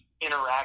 interact